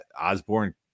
Osborne